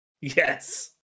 Yes